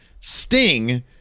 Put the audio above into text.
Sting